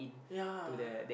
ya